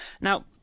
Now